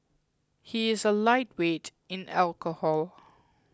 he is a lightweight in alcohol